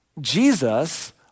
Jesus